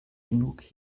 genug